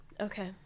Okay